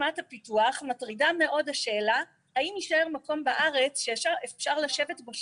לפקחים אין את האפשרות למדוד